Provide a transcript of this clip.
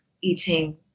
eating